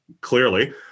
clearly